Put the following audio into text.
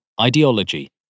ideology